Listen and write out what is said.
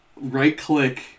Right-click